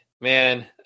Man